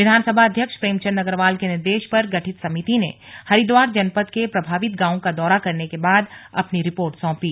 विधानसभा अध्यक्ष प्रेमंचद अग्रवाल के निर्देश पर गठित समिति ने हरिद्वार जनपद के प्रभावित गांवों का दौरा करने के बाद अपनी रिपोर्ट सौंपी